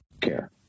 care